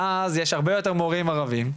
ואז יש הרבה יותר מורים ערבים,